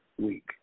week